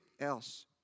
else